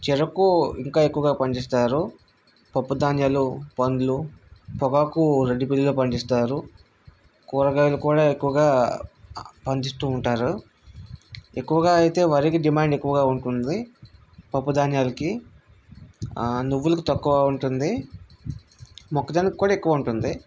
చెరుకు ఇంకా ఎక్కువగా పండిస్తారు పప్పు ధాన్యాలు పళ్ళు పొగాకు రెండు బిళ్ళలు పండిస్తారు కూరగాయలు కూడా ఎక్కువగా అందిస్తు ఉంటారు ఎక్కువగా అయితే వరికి డిమాండ్ ఎక్కువగా ఉంటుంది పప్పు ధాన్యాలకి నువ్వులకు తక్కువగా ఉంటుంది మొక్కజొన్నకి కూడా ఎక్కువగా ఉంటుంది